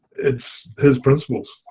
it's his principles.